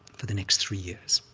for the next three years.